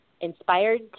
inspired